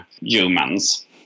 humans